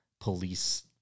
police